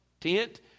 tent